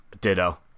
Ditto